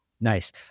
Nice